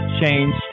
change